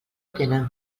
tenen